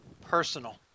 personal